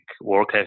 work